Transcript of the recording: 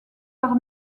par